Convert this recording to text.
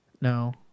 No